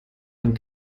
einen